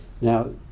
Now